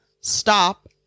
stop